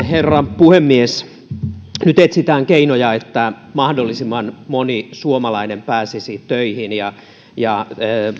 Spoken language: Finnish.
herra puhemies nyt etsitään keinoja siihen että mahdollisimman moni suomalainen pääsisi töihin ja ja